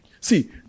See